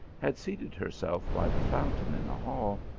had seated herself by the fountain in the hall,